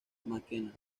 mackenna